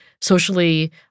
socially